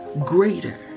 greater